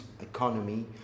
economy